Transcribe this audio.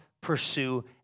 pursue